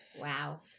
wow